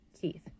Keith